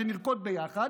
שנרקוד ביחד,